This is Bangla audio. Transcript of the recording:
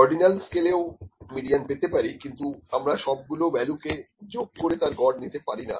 অর্ডিনাল স্কেলেও মিডিয়ান পেতে পারি কিন্তু আমরা সব গুলো ভ্যালু কে যোগ করে তার গড় নিতে পারি না